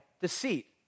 deceit